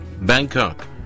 Bangkok